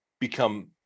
become